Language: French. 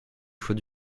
choix